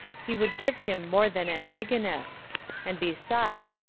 he would give him more than antigonus and besides,